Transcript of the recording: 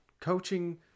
coaching